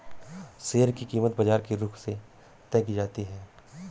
share की कीमत बाजार के रुख से तय की जाती है